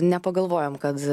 nepagalvojom kad